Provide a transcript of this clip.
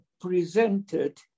presented